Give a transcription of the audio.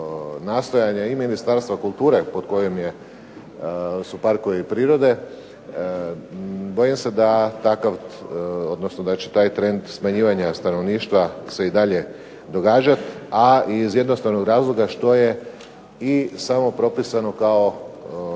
i Ministarstva kulture pod kojim su parkovi prirode, bojim se da će taj trend smanjivanja stanovništva i dalje se događati, a iz jednostavnog razloga što je samo propisao kao